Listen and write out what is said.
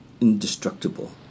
indestructible